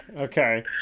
Okay